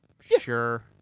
Sure